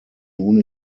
nun